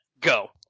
go